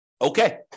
Okay